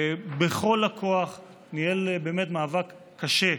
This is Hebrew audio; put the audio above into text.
בכל הכוח, ניהל באמת מאבק קשה.